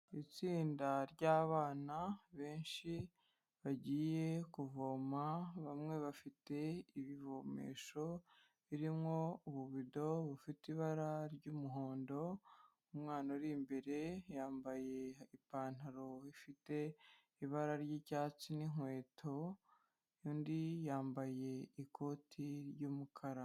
Itsinda ry'abana benshi bagiye kuvoma bamwe bafite ibivomesho birimo ububido bufite ibara ry'umuhondo, umwana uri imbere yambaye ipantaro ifite ibara ry'icyatsi n'inkweto, undi yambaye ikoti ry'umukara.